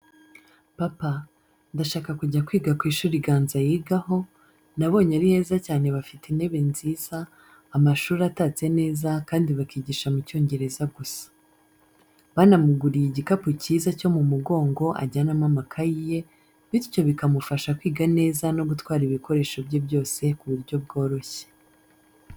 Papa, ndashaka kujya kwiga ku ishuri Ganza yigaho, nabonye ari heza cyane bafite intebe nziza, amashuri atatse neza kandi bakigisha mu Cyongereza gusa. Banamuguriye igikapu cyiza cyo mu mugongo ajyanamo amakayi ye, bityo bikamufasha kwiga neza no gutwara ibikoresho bye byose ku buryo bworoshye.